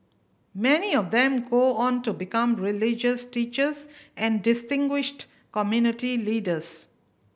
many of them go on to become religious teachers and distinguished community leaders